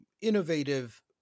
innovative